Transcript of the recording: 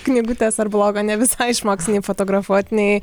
knygutes ar blogą ne visai išmoksi nei fotografuot nei